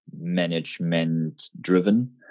management-driven